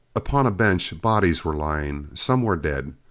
upon a bench, bodies were lying. some were dead.